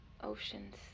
Oceans